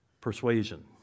persuasion